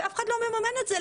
ואף אחד לא מממן את זה,